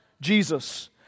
Jesus